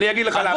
אני אגיד לך למה,